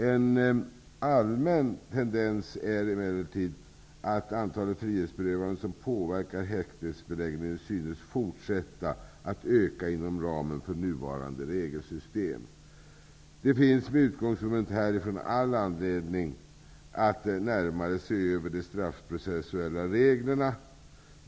En allmän tendens är emellertid att antalet frihetsberövande som påverkar häktesbeläggningen synes forsätta att öka inom ramen för nuvarande regelsystem. Med utgångspunkt från detta finns det all anledning att närmare se över de straffprocessuella reglerna.